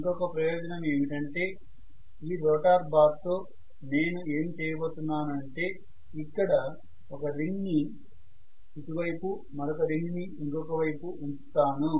ఇంకొక ప్రయోజనం ఏమిటంటే ఈ రోటర్ బార్ తో నేను ఏమి చేయబోతున్నాను అంటే ఇక్కడ ఒక రింగ్ ని ఇటు వైపు మరొక రింగ్ ని ఇంకొక వైపు ఉంచుతాను